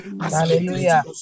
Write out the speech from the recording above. Hallelujah